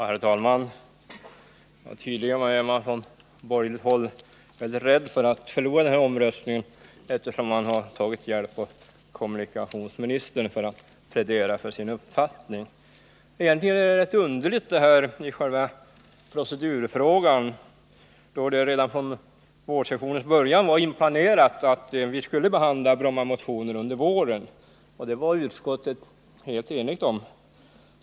Herr talman! Tydligen är man från borgerligt håll rädd för att förlora den här omröstningen, eftersom man har tagit hjälp av kommunikationsministern för att plädera för sin uppfattning. Det är underligt med procedurfrågan. Redan vid vårsessionens början var inplanerat att vi skulle behandla Brommamotionerna under våren. Utskottet var helt enigt om detta.